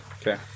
Okay